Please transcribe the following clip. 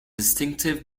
distinctive